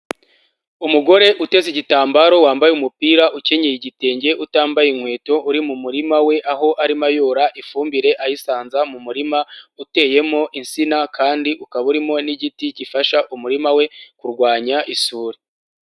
Umugore uteze igitambaro, wambaye umupira ukenyeye igitenge, utambaye inkweto uri mu murima we, aho arimo ayora ifumbire ayisanza mu murima uteyemo insina kandi ukaba urimo n'igiti gifasha umurima we kurwanya isuri.